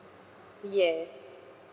yes